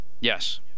Yes